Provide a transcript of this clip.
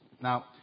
Now